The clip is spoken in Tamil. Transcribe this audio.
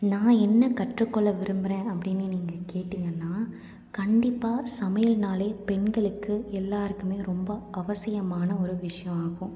நான் என்ன கற்றுக்கொள்ள விரும்புகிறேன் அப்படின்னு நீங்கள் கேட்டீங்கனால் கண்டிப்பாக சமையல்னாலே பெண்களுக்கு எல்லோருக்குமே ரொம்ப அவசியமான ஒரு விஷ்யம் ஆகும்